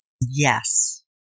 Yes